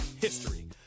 history